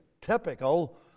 typical